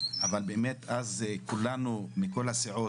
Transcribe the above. אבל באמת אז כולנו מכל הסיעות,